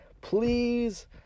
please